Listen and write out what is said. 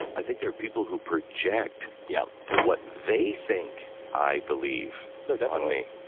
i think there are people who project yeah what they think i believe. oh, definitely,